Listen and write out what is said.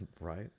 Right